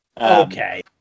Okay